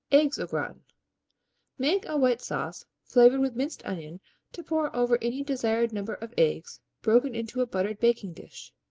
eggs au gratin make a white sauce flavored with minced onion to pour over any desired number of eggs broken into a buttered baking dish.